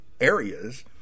areas